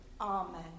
Amen